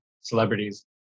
celebrities